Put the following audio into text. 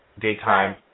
daytime